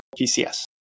PCS